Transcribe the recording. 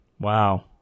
Wow